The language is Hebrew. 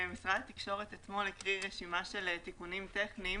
משרד התקשורת הקריא אתמול רשימה של תיקונים טכניים,